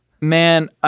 Man